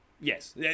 Yes